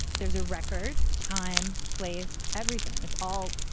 there's a record time, place, everything. it's all.